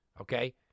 okay